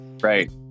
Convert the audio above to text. right